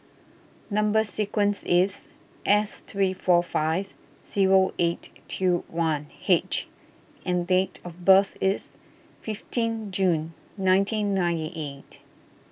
Number Sequence is S three four five zero eight two one H and date of birth is fifteen June nineteen ninety eight